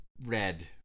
Red